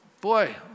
Boy